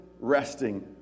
resting